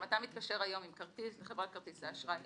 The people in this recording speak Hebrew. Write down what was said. אם אתה מתקשר היום כרטיס לחברת כרטיסי אשראי,